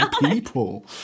people